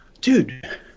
dude